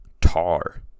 Tar